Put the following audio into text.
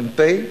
מ"פ,